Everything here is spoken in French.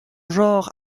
genre